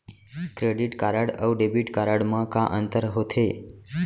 Credit card अऊ debit card मा का अंतर होथे?